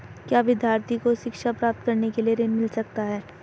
क्या विद्यार्थी को शिक्षा प्राप्त करने के लिए ऋण मिल सकता है?